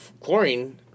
chlorine